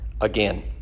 again